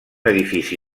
edifici